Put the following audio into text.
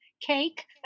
cake